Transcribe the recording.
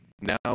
now